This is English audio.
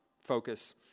focus